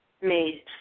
Made